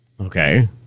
Okay